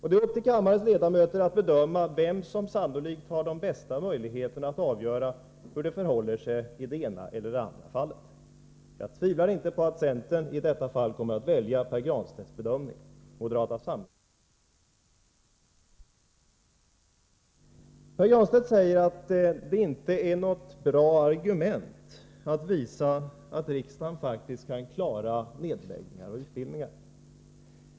Det är upp till kammarens ledamöter att avgöra vem som sannolikt har de bästa möjligheterna att bedöma hur det förhåller sig i det ena eller andra fallet. Jag tvivlar inte på att centern i detta fall kommer att välja Pär Granstedts bedömning. Moderata samlingspartiet kommer att välja universitetskanslerns. Pär Granstedt säger att det inte är något bra argument att vi skall visa att riksdagen faktiskt kan klara nedläggning av utbildningar.